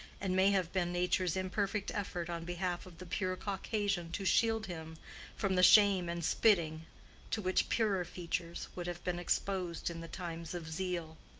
and may have been nature's imperfect effort on behalf of the pure caucasian to shield him from the shame and spitting to which purer features would have been exposed in the times of zeal.